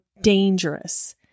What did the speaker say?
dangerous